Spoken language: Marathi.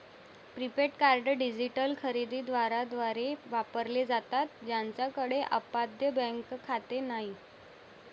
प्रीपेड कार्ड डिजिटल खरेदी दारांद्वारे वापरले जातात ज्यांच्याकडे अद्याप बँक खाते नाही